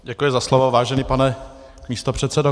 Děkuji za slovo, vážený pane místopředsedo.